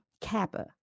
Kappa